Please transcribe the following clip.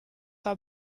war